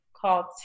called